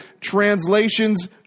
translations